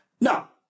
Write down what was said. Now